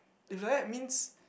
if like that means